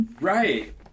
Right